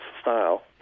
style